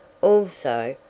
also,